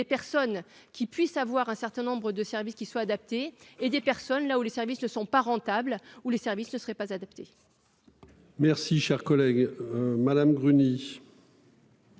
personnes qui puisse avoir un certain nombre de services qui soit adapté et des personnes là où les services ne sont pas rentables ou les services ne serait pas adaptée.-- Merci cher collègue. Madame.--